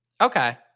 Okay